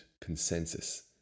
consensus